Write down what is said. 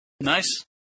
Nice